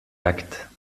actes